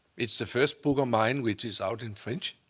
it's the first book of mine which is out in french.